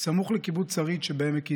סמוך לקיבוץ שריד שבעמק יזרעאל.